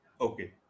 Okay